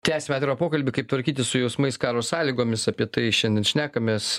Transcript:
tęsiam atvirą pokalbį kaip tvarkytis su jausmais karo sąlygomis apie tai šiandien šnekamės